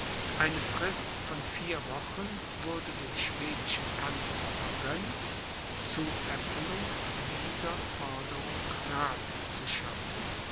eine frist von vier wochen wurde dem schwedischen kanzler vergönnt zu erfüllung dieser forderungen rath zu schaffen